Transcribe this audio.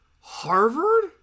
Harvard